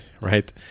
right